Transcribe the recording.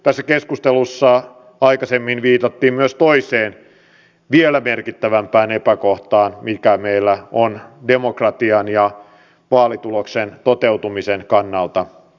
tässä keskustelussa aikaisemmin viitattiin myös toiseen vielä merkittävämpään epäkohtaan mikä meillä on demokratian ja vaalituloksen toteutumisen kannalta